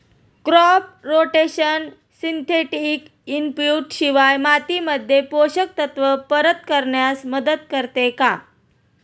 Crop rotation synthetic input शिवाय मातीमध्ये पोषक तत्त्व परत करण्यास मदत करते का?